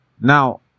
Now